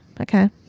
Okay